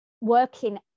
working